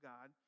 God